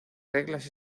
reglas